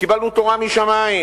קיבלנו תורה משמים,